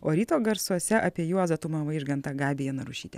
o ryto garsuose apie juozą tumą vaižgantą gabija narušytė